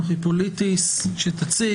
נוחי פוליטיס שתציג.